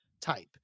type